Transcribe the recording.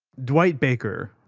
dwight baker,